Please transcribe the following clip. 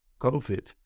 COVID